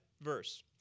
verse